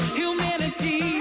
humanity